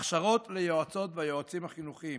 2. הכשרות ליועצות והיועצים החינוכיים,